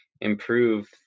improve